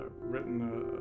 written